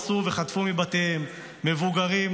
אנסו וחטפו מבתיהם מבוגרים,